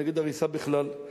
נגד הריסה בכלל.